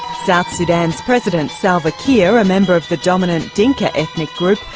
south sudan's president salva kiir, a member of the dominant dinka ethnic group,